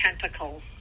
tentacles